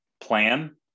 plan